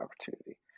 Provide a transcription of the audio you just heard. opportunity